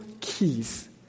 keys